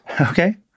Okay